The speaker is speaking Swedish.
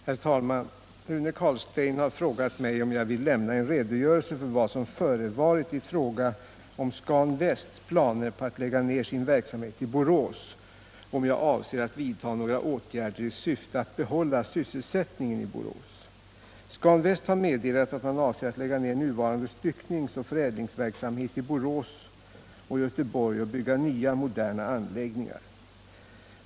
119, och anförde: Herr talman! Rune Carlstein har frågat mig om jag vill lämna en redogörelse för vad som förevarit i fråga om Scan Västs planer på att lägga ner sin verksamhet i Borås, och om jag avser att vidta några åtgärder i syfte att behålla sysselsättningen i Borås. Scan Väst har meddelat att man avser att lägga ner nuvarande styckningsoch förädlingsverksamhet i Borås och Göteborg och bygga nya moderna anläggningar.